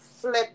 flip